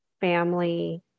family